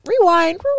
rewind